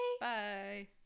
bye